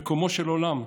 מקומו של עולם,